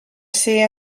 ser